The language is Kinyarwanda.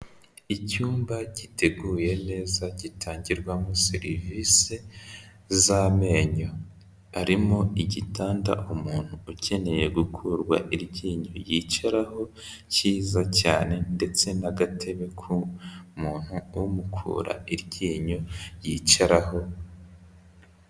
Icyumba giteguye neza gitangirwamo serivisi z'amenyo, harimo igitanda umuntu ukeneye gukurwa iryinyo yicaraho cyiza cyane ndetse n'agatebe k'umuntu umukura iryinyo yicaraho.